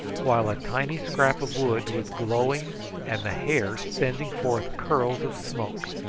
while a tiny scrap of wood was glowing and the hair sending forth curls of smoke.